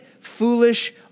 foolish